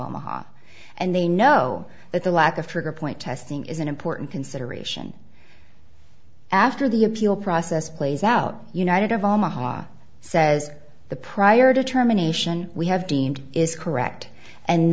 ma and they know that the lack of trigger point testing is an important consideration after the appeal process plays out united of omaha says the prior determination we have deemed is correct and